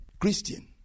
Christian